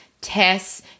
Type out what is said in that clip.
tests